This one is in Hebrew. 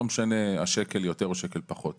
לא משנה שקל יותר או שקל פחות.